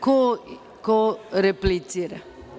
Ko replicira?